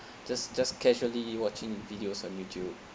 just just casually watching videos on youtube